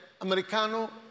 Americano